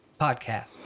...podcast